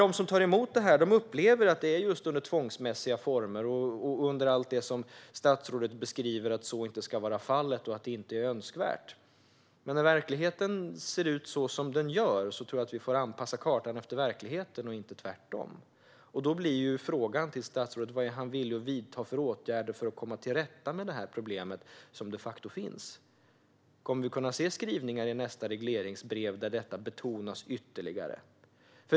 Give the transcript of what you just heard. De som tar emot detta upplever nämligen att det sker just under tvångsmässiga former och på ett sätt som statsrådet säger inte ska vara fallet och inte är önskvärt. När verkligheten ser ut som den gör tror jag att vi får lov att anpassa kartan efter verkligheten och inte tvärtom. Frågan till statsrådet blir då: Vilka åtgärder är han villig att vidta för att komma till rätta med detta problem, som de facto finns? Kommer vi i nästa regleringsbrev att kunna se skrivningar där detta betonas ytterligare?